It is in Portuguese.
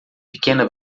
pequena